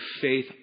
faith